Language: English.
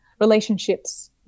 relationships